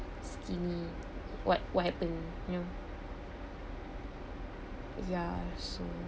skinny what what happened you know ya so